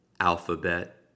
alphabet